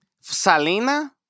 Salina